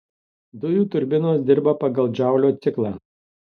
dujų turbinos dirba pagal džaulio ciklą